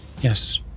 Yes